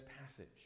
passage